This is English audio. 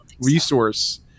resource